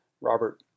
Robert